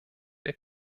der